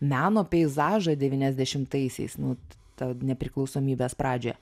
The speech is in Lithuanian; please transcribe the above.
meno peizažą devyniasdešimtaisiais nu ta nepriklausomybės pradžioje